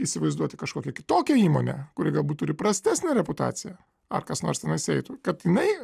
įsivaizduoti kažkokią kitokią įmonę kuri galbūt turi prastesnę reputaciją ar kas nors tenais eitų kad jinai